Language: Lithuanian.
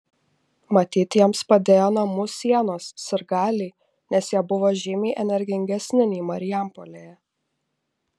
matyt jiems padėjo namų sienos sirgaliai nes jie buvo žymiai energingesni nei marijampolėje